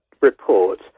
report